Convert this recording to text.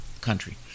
country